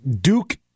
Duke